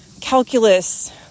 calculus